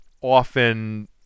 often